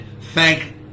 thank